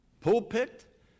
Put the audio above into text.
pulpit